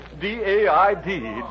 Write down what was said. D-A-I-D